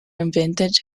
invented